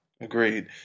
Agreed